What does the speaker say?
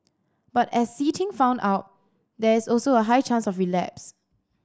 but as See Ting found out there is also a high chance of relapse